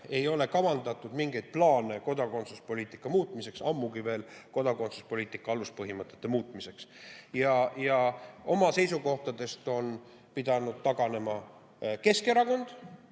ei ole kavandatud mingeid plaane kodakondsuspoliitika muutmiseks, ammugi veel kodakondsuspoliitika aluspõhimõtete muutmiseks. Oma seisukohtadest on pidanud põhimõtteliselt taganema Keskerakond